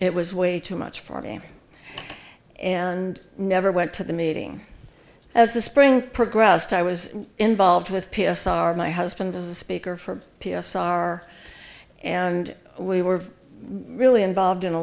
it was way too much for me and never went to the meeting as the spring progressed i was involved with p s r my husband was a speaker for p s r and we were really involved in a